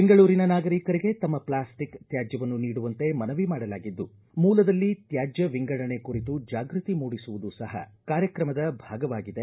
ಬೆಂಗಳೂರಿನ ನಾಗರಿಕರಿಗೆ ತಮ್ಮ ಪ್ಲಾಸ್ಟಿಕ್ ತ್ಯಾಜ್ಯವನ್ನು ನೀಡುವಂತೆ ಮನವಿ ಮಾಡಲಾಗಿದ್ದು ಮೂಲದಲ್ಲಿ ತ್ಯಾಜ್ಯ ವಿಂಗಡಣೆ ಕುರಿತು ಜಾಗೃತಿ ಮೂಡಿಸುವುದು ಸಹ ಕಾರ್ಯಕ್ರಮದ ಭಾಗವಾಗಿದೆ